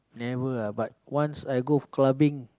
never ah but once I go clubbing